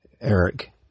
Eric